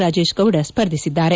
Rajesh Gowda ಸ್ಪರ್ಧಿಸಿದ್ದಾರೆ